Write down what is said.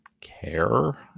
care